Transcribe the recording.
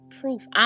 proof